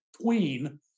queen